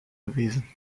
gewesen